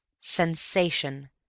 SENSATION